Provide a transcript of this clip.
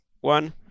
one